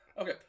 Okay